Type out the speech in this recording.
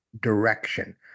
direction